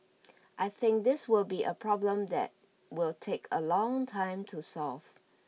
I think this will be a problem that will take a long time to solve